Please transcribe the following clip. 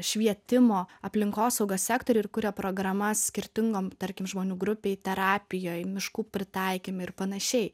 švietimo aplinkosaugos sektoriai ir kuria programas skirtingom tarkim žmonių grupei terapijoj miškų pritaikyme ir panašiai